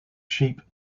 sheep